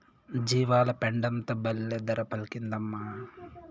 జీవాల పెండంతా బల్లే ధర పలికిందమ్మా